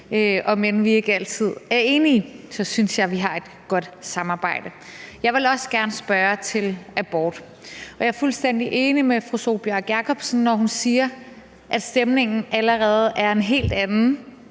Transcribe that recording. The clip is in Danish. end vi ikke altid er enige, synes jeg vi har et godt samarbejde. Jeg vil også gerne spørge til abort. Jeg er fuldstændig enig med fru Sólbjørg Jakobsen, når hun siger, at stemningen allerede er en helt anden,